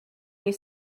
you